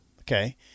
okay